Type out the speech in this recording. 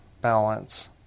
balance